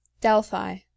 Delphi